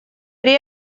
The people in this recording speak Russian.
при